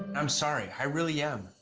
i'm sorry. i really am,